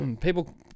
people